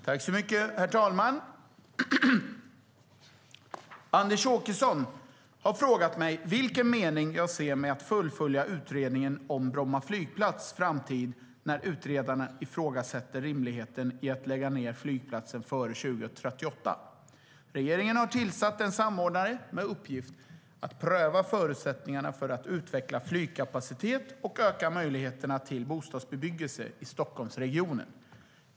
Herr talman! Anders Åkesson har frågat mig vilken mening jag ser med att fullfölja utredningen om Bromma flygplats framtid när utredaren ifrågasätter rimligheten i att lägga ned flygplatsen före 2038. Regeringen har tillsatt en samordnare med uppgift att pröva förutsättningarna för att utveckla flygkapacitet och öka möjligheterna till bostadsbebyggelse i Stockholmsregionen.